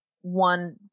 one